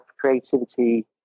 creativity